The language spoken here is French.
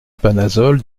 panazol